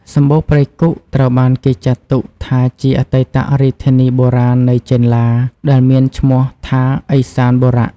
សំបូរព្រៃគុកត្រូវបានគេចាត់ទុកថាជាអតីតរាជធានីបុរាណនៃចេនឡា ដែលមានឈ្មោះថាឦសានបុរៈ។